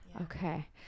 Okay